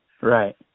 right